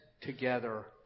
together